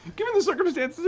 given the circumstance,